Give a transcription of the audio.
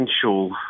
potential